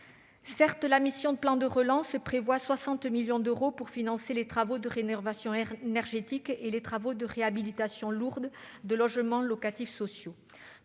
Certes, la mission « Plan de relance » prévoit 60 millions d'euros pour financer les travaux de rénovation énergétique et les travaux de réhabilitation lourde de logements locatifs sociaux.